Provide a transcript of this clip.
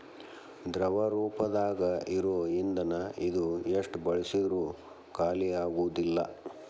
ದ್ರವ ರೂಪದಾಗ ಇರು ಇಂದನ ಇದು ಎಷ್ಟ ಬಳಸಿದ್ರು ಖಾಲಿಆಗುದಿಲ್ಲಾ